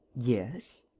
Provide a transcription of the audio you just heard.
yes.